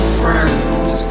friends